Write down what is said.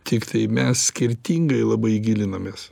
tiktai mes skirtingai labai gilinamės